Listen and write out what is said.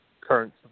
current